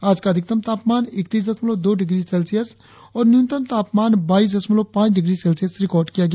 आज का अधिकतम तापमान इकतीस दशमलव दो डिग्री सेल्सियस और न्यूनतम तापमान बाईस दशमलव पांच डिग्री सेल्सियस रिकार्ड किया गया